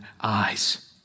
eyes